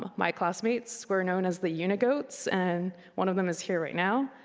my classmates were known as the unigoats and one of them is here right now.